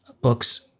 books